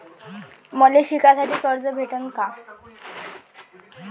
मले शिकासाठी कर्ज भेटन का?